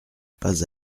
pas